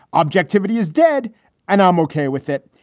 objectivity is dead and i'm okay with it.